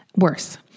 worse